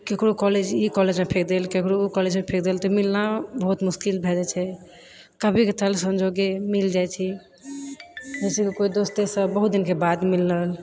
केकरो कॉलेज ई कॉलेजमे फेक देल केकरो ओ कॉलेजमे फेक देल तऽ मिलना बहुत मुश्किल भए जाइत छै कभी कऽ संजोगे मिल जाइ छी जैसे कि कोइ दोस्ते सब बहुत दिनके बाद मिलल